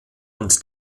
und